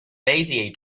bezier